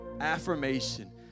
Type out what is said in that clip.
affirmation